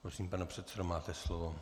Prosím, pane předsedo, máte slovo.